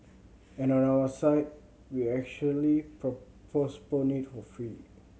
and on our side we actually propose it for free